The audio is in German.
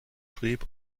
schrieb